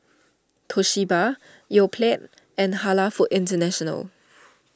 Toshiba Yoplait and Halal Foods International